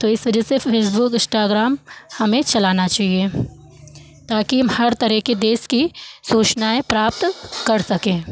तो इस वजह से फ़ेसबुक इस्टाग्राम हमें चलाना चहिए ताकि हम हर तरे के देश की सूचनाएं प्राप्त कर सकें